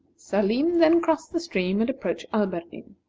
salim then crossed the stream, and approached alberdin.